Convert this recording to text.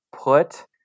put